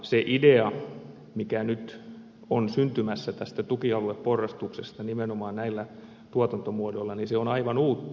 se idea mikä nyt on syntymässä tästä tukialueporrastuksesta nimenomaan näillä tuotantomuodoilla niin se on aivan uutta